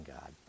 God